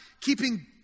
keeping